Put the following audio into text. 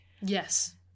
Yes